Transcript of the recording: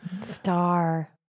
Star